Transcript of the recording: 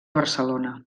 barcelona